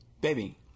Baby